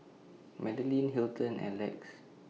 Madilyn Hilton and Lex